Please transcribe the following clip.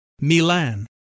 Milan